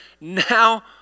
now